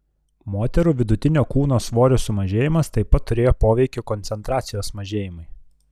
moterų vidutinio kūno svorio sumažėjimas taip pat turėjo poveikio koncentracijos mažėjimui